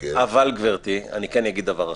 אני כן אגיד דבר אחד,